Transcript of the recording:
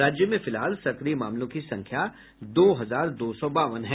राज्य में फिलहाल सक्रिय मामलों की संख्या दो हजार दो सौ बावन है